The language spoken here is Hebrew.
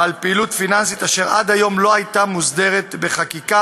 בעל פעילות פיננסית אשר עד היום לא הייתה מוסדרת בחקיקה,